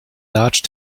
large